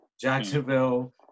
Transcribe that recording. Jacksonville